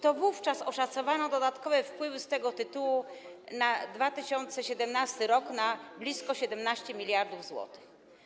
To wówczas oszacowano dodatkowe wpływy z tego tytułu na 2017 r. na blisko 17 mld zł.